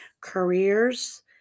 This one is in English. careers